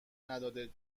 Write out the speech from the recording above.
نداده